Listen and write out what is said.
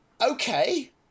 Okay